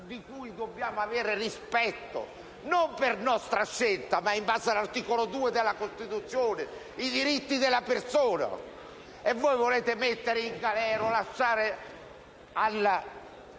di cui dobbiamo avere rispetto, e non per nostra scelta, ma in base all'articolo 2 della Costituzione, che proclama i diritti della persona. E voi volete mettere in galera o esporre al